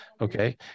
okay